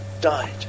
died